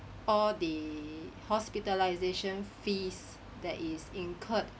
all the hospitalisation fees that is incurred